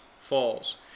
falls